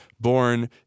born